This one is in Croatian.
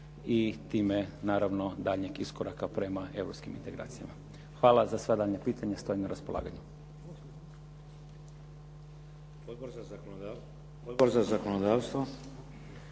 i time naravno daljnjeg iskoraka prema europskim integracijama. Hvala. Za sva daljnja pitanja stojim na raspolaganju.